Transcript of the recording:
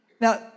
Now